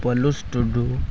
ᱯᱟᱞᱩᱥ ᱴᱩᱰᱩ